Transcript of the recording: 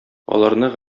аларны